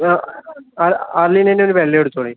അ അരളീൻ്റെ തന്നെ ഒരു വെള്ളയും എടുത്തോളൂ